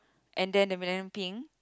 and then the millennium pink